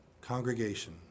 congregation